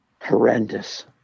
horrendous